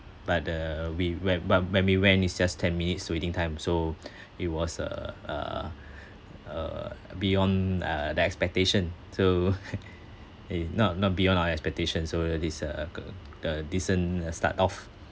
but uh we went but when we went it's just ten minutes waiting time so it was uh uh uh beyond uh the expectation so uh not not beyond our expectation so this uh ke~ uh decent uh start of